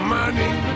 money